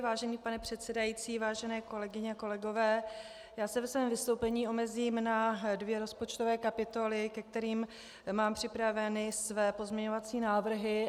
Vážený pane předsedající, vážené kolegyně, kolegové, já se ve svém vystoupení omezím na dvě rozpočtové kapitoly, ke kterým mám připraveny své pozměňovací návrhy.